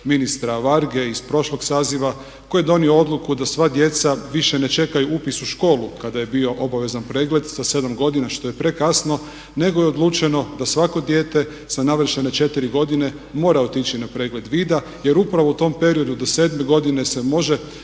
ministra Varge iz prošlog saziva koji je donio odluku da sva djeca više ne čekaju upis u školu kada je bio obavezan pregled sa 7 godina što je prekasno nego je odlučeno da svako dijete sa navršene 4 godine mora otići na pregled vida jer upravo u tom periodu do 7 godine se može